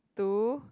two